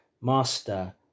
master